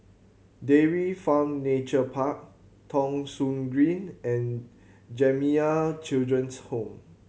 Dairy Farm Nature Park Thong Soon Green and Jamiyah Children's Home